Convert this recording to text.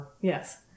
yes